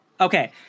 okay